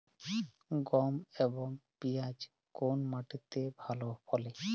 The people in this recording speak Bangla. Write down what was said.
গম এবং পিয়াজ কোন মাটি তে ভালো ফলে?